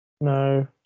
no